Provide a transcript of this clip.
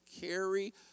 carry